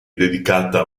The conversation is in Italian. dedicata